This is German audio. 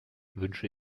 wünsche